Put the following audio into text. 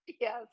Yes